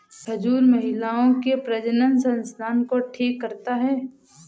खजूर महिलाओं के प्रजननसंस्थान को ठीक करता है